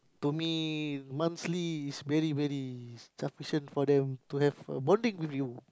to me monthly is very very sufficient for them to have a bonding with you